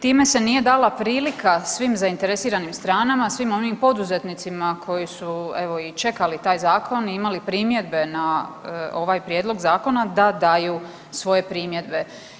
Time se nije dala prilika svim zainteresiranim stranama, svim onim poduzetnicima koji su evo i čekali taj zakon i imali primjedbe na ovaj prijedlog zakona da daju svoje primjedbe.